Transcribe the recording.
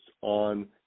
on